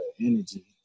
energy